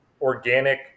organic